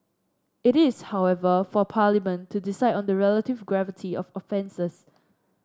it is however for Parliament to decide on the relative gravity of offences